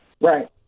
right